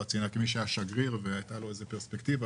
כמי שהיה שגריר והייתה לו איזו פרספקטיבה